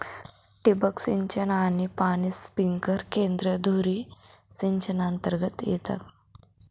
ठिबक सिंचन आणि पाणी स्प्रिंकलर केंद्रे धुरी सिंचनातर्गत येतात